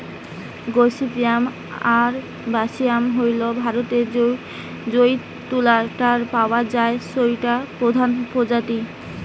gossypium arboreum হইল ভারতরে যৌ তুলা টা পাওয়া যায় সৌটার প্রধান প্রজাতি